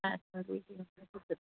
अच्छा